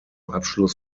abschluss